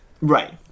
Right